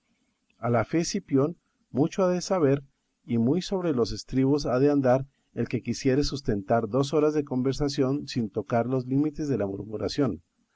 a la fe cipión mucho ha de saber y muy sobre los estribos ha de andar el que quisiere sustentar dos horas de conversación sin tocar los límites de la murmuración